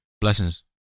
Blessings